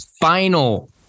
final